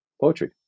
poetry